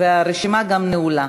והרשימה גם נעולה.